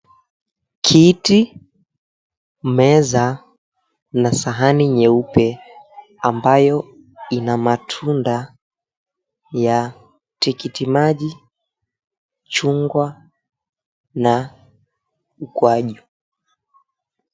Kiti, meza na sahani nyeupe. Ambayo ina matunda, ya tikiti maji, chungwa na ukwaju.